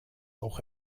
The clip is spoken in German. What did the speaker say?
auch